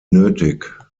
nötig